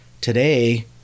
today